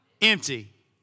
Empty